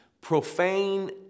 profane